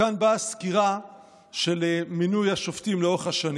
כאן באה סקירה של מינוי השופטים לאורך השנים,